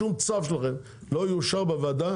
שום צו שלכם לא יאושר בוועדה,